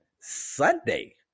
Sunday